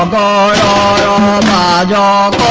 um da um um da da